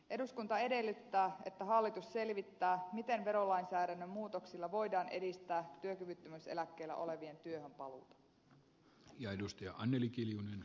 eduskunta edellyttää että hallitus selvittää miten verolainsäädännön muutoksilla voidaan edistää työkyvyttömyyseläkkeellä olevien työhönpaluuta